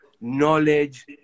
knowledge